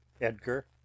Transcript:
edgar